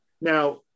Now